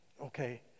okay